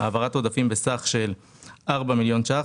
העברת עודפים בסך של ארבעה מיליון שקלים.